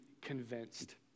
convinced